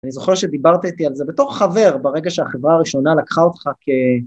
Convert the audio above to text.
אני זוכר שדיברת איתי על זה בתור חבר ברגע שהחברה הראשונה לקחה אותך כ...